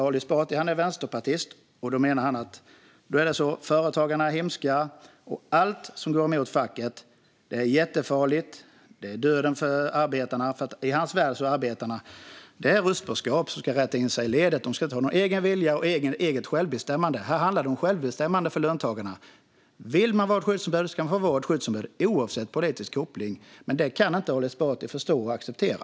Ali Esbati är vänsterpartist och menar att företagarna är hemska och att allt som går emot facket är jättefarligt, att det är döden för arbetarna, för i hans värld är arbetarna röstboskap som ska rätta in sig i ledet. De ska inte ha någon egen vilja och något eget självbestämmande. Här handlar det om självbestämmande för löntagarna. Vill man vara skyddsombud ska man få vara skyddsombud, oavsett politisk koppling. Men det kan inte Ali Esbati förstå och acceptera.